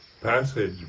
passage